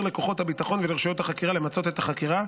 לכוחות הביטחון ולרשויות החקירה למצות את החקירה